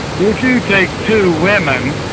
if you take two women,